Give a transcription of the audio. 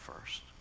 first